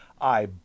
I